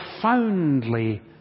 profoundly